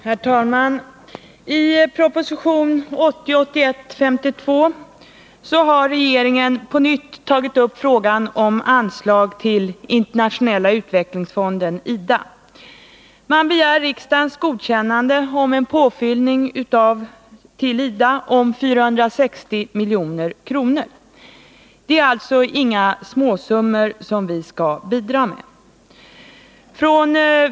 Herr talman! I propositionen 1980/81:52 har regeringen på nytt tagit upp frågan om anslag till Internationella utvecklingsfonden, IDA. Man begär riksdagens godkännande av en påfyllning till IDA med 460 milj.kr. Det är alltså inte småsummor som vi skall bidra med.